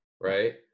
right